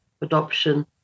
adoption